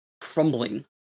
crumbling